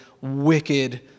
wicked